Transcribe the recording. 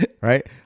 right